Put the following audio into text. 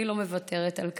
אני לא מוותרת על כך,